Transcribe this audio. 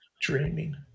dreaming